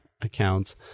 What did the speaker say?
accounts